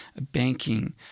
banking